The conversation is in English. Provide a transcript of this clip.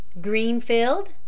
Greenfield